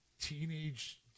teenage